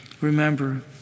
remember